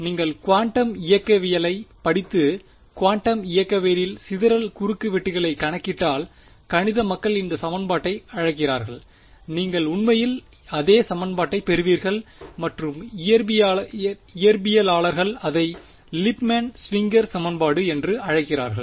நீங்கள் குவாண்டம் இயக்கவியலைப் படித்து குவாண்டம் இயக்கவியலில் சிதறல் குறுக்குவெட்டுகளைக் கணக்கிட்டால் கணித மக்கள் இந்த சமன்பாட்டை அழைக்கிறார்கள் நீங்கள் உண்மையில் அதே சமன்பாட்டைப் பெறுவீர்கள் மற்றும் இயற்பியலாளர்கள் அதை லிப்மேன் ஸ்விங்கர் சமன்பாடு என்று அழைக்கிறார்கள்